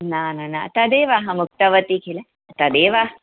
न न न तदेव अहम् उक्तवती किल तदेव